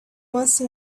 once